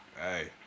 Hey